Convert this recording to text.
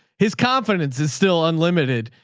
his confidence is still unlimited.